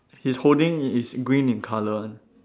he's holding i~ it's green in colour one